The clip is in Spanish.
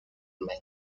men